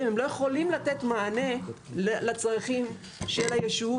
הם לא יכולים לתת מענה לצרכים של הישוב.